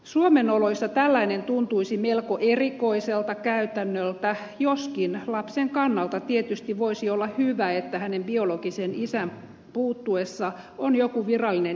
suomen oloissa tällainen tuntuisi melko erikoiselta käytännöltä joskin lapsen kannalta tietysti voisi olla hyvä että hänellä biologisen isän puuttuessa on joku virallinen isähahmo